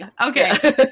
Okay